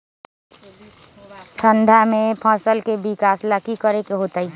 ठंडा में फसल के विकास ला की करे के होतै?